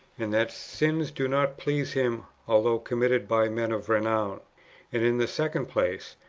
and that sins do not please him although committed by men of renown and in the second place,